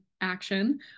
action